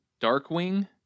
Darkwing